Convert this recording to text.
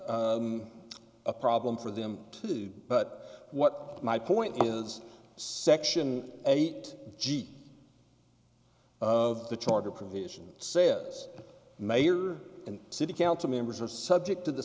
a problem for them too but what my point is section eight jeep of the charter provision says mayor and city council members are subject to the